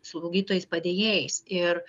slaugytojais padėjėjais ir